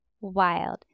wild